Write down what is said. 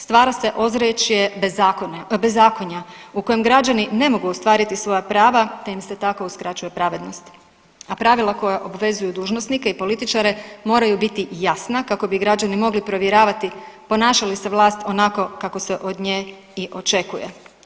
Stvara se ozračje bezakonja u kojem građani ne mogu ostvariti svoja prava te im se tako uskraćuje pravednost, a pravila koja obvezuju dužnosnike i političare moraju biti jasna kako bi građani mogli provjeravati ponaša li se vlast onako kako se od nje i očekuje.